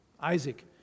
Isaac